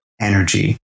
energy